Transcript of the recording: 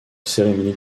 cérémonie